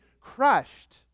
crushed